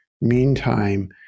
Meantime